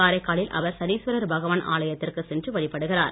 காரைக்காலில் அவர் சனிஸ்வரர் பகவான் ஆலயத்திற்கு சென்று வழிபடுகிறார்